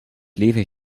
leven